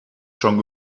schon